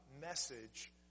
message